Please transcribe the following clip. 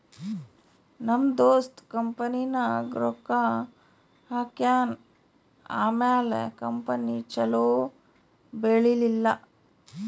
ನಮ್ ದೋಸ್ತ ಕಂಪನಿನಾಗ್ ರೊಕ್ಕಾ ಹಾಕ್ಯಾನ್ ಆಮ್ಯಾಲ ಕಂಪನಿ ಛಲೋ ಬೆಳೀಲಿಲ್ಲ